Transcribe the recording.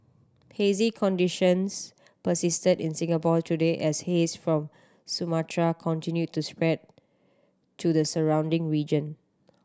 hazy conditions persisted in Singapore today as haze from Sumatra continued to spread to the surrounding region